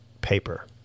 paper